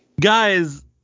Guys